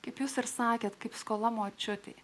kaip jūs ir sakėte kaip skola močiutei